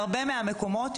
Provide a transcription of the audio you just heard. ובהרבה מקומות,